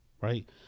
right